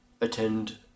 attend